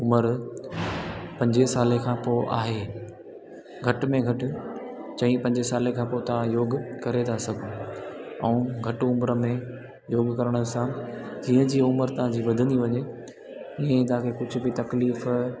उमिरि पंजे साले खां पोइ आहे घटि में घटि चई पंजे साले खां पोइ तव्हां योग करे था सघो ऐं घटि उमिरि में योग करण सां जीअं जीअं उमिरि तव्हांजी वधंदी वञे ईअं ई तव्हांखे कुझु बि तकलीफ़